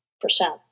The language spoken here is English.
percent